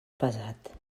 pesat